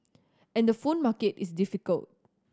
and the phone market is difficult